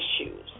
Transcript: issues